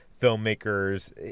filmmakers